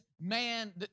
man